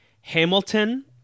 Hamilton